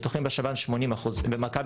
ניתוחים בשב"ן 80%. במכבי